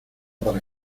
para